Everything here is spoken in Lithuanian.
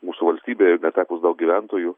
mūsų valstybėje netekus daug gyventojų